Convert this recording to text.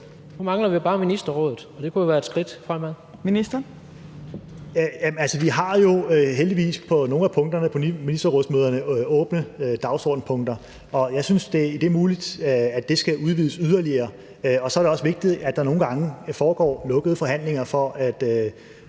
Vi har jo heldigvis på nogle af punkterne på ministerrådsmøderne åbne dagsordenspunkter, og det er muligt, at det skal udvides yderligere. Det er også vigtigt, at der nogle gange foregår lukkede forhandlinger for at